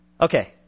Okay